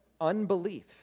unbelief